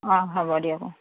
অঁ হ'ব দিয়ক অঁ